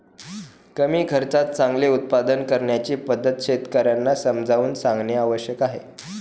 कमी खर्चात चांगले उत्पादन करण्याची पद्धत शेतकर्यांना समजावून सांगणे आवश्यक आहे